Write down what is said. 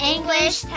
English